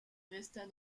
resta